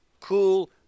cool